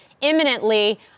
imminently